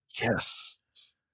Yes